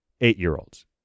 Eight-year-olds